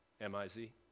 M-I-Z